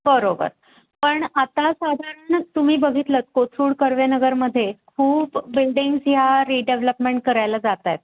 बरोबर पण आता साधारण तुम्ही बघितलं आहेत कोथरूड कर्वेनगरमध्ये खूप बिल्डिंग्ज ह्या रीडेव्हलपमेंट करायला जात आहेत